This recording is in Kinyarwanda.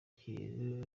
kintu